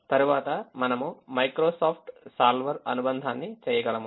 తరువాత మనము Microsoft solver అనుబంధాన్ని చేయగలము